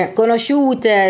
conosciute